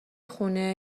خونه